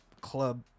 Club